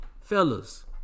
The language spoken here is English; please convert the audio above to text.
Fellas